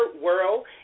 world